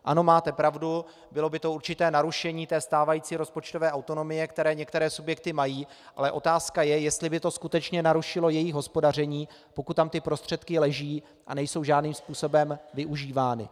Ano, máte pravdu, bylo by to určité narušení stávající rozpočtové autonomie, kterou některé subjekty mají, ale otázka je, jestli by to skutečně narušilo jejich hospodaření, pokud tam ty prostředky leží a nejsou žádným způsobem využívány.